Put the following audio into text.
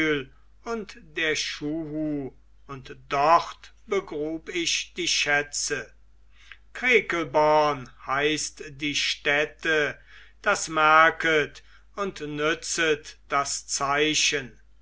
und der schuhu und dort begrub ich die schätze krekelborn heißt die stätte das merket und nützet das zeichen